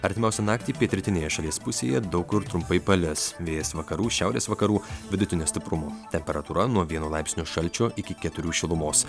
artimiausią naktį pietrytinėje šalies pusėje daug kur trumpai palis vėjas vakarų šiaurės vakarų vidutinio stiprumo temperatūra nuo vieno laipsnio šalčio iki keturių šilumos